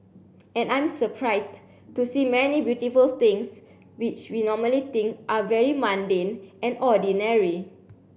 and I'm surprised to see many beautiful things which we normally think are very mundane and ordinary